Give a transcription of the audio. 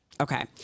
Okay